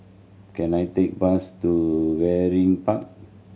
can I take bus to Waringin Park